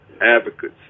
advocates